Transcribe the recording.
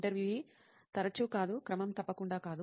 ఇంటర్వ్యూఈ తరచూ కాదు క్రమం తప్పకుండా కాదు